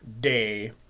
day